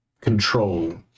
control